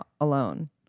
alone